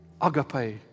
agape